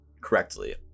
correctly